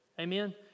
Amen